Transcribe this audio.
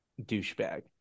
douchebag